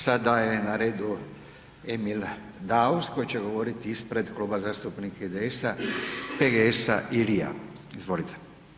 Sada je na redu Emil Daus, koji će govoriti ispred kluba zastupnika IDS-PGS-RI-a, izvolite.